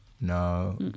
No